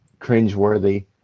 cringeworthy